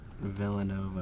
Villanova